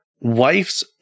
wife's